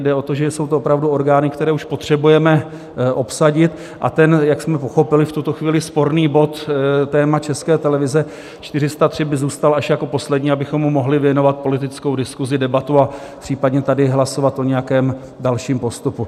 Jde o to, že jsou to opravdu orgány, které už potřebujeme obsadit, a ten jak jsme pochopili v tuto chvíli sporný bod, téma České televize 403, by zůstal až jako poslední, abychom mu mohli věnovat politickou diskuzi, debatu a případně tady hlasovat o nějakém dalším postupu.